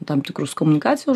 tam tikrus komunikacijos